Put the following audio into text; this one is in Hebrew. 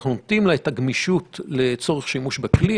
אנחנו נותנים לה את הגמישות לצורך שימוש בכלי,